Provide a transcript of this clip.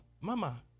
Mama